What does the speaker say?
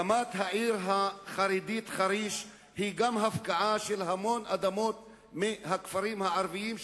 גם הקמת העיר החרדית חריש כרוכה בהפקעה של המון אדמות מהכפרים הערביים,